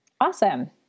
Awesome